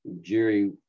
Jerry